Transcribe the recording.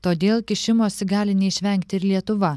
todėl kišimosi gali neišvengti ir lietuva